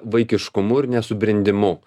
vaikiškumu ir nesubrendimu